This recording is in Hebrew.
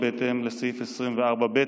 בהתאם לסעיף 24(ב)